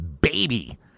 baby